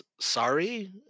sorry